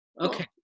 Okay